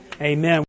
Amen